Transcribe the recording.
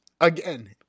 again